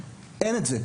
שאין את זה.